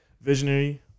Visionary